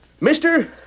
Mister